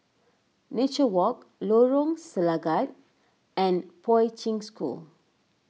Nature Walk Lorong Selangat and Poi Ching School